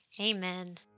Amen